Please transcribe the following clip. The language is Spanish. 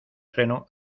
freno